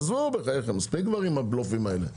עזבו, בחייכם, מספיק כבר עם הבלופים האלה.